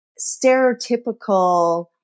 stereotypical